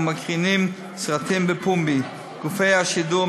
או מקרינים סרטים בפומבי: גופי השידור,